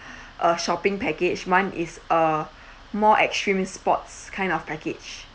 uh shopping package one is uh more extreme sports kind of package